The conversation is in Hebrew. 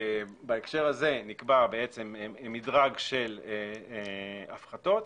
בהקשר הזה נקבע מדרג של הפחתות,